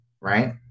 right